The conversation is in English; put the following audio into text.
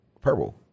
Purple